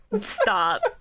stop